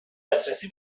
دسترسی